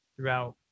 throughout